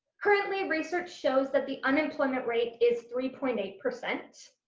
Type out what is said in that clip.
currently, research shows that the unemployment rate is three point eight percent